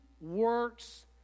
works